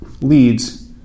leads